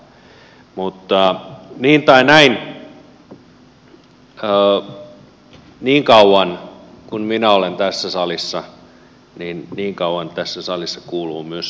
mutta oli niin tai näin niin kauan kuin minä olen tässä salissa niin kauan tässä salissa kuuluu myös satakunnan ääni